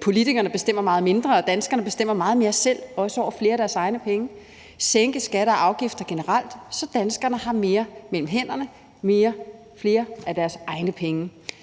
politikerne bestemmer meget mindre, og at danskerne bestemmer meget mere selv, også over flere af deres egne penge, og at vi sænker skatter og afgifter generelt, så danskerne har mere mellem hænderne, flere af deres egne penge.